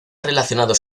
relacionados